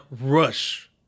rush